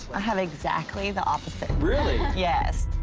i have exactly the opposite. really? yes,